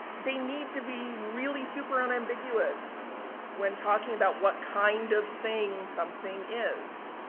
they need to be really super unambiguous when talking about what kind of thing something is.